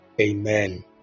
Amen